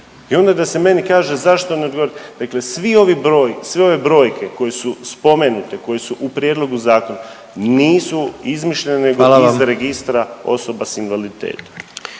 i onda da se meni kaže zašto, dakle svi ovi broj, sve ove brojke koje su spomenute, koji su u prijedlogu zakona, nisu izmišljene nego iz … .../Upadica: Hvala